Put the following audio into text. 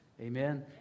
Amen